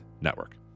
Network